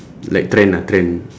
like trend ah trend